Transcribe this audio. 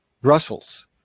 Brussels